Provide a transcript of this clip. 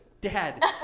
Dad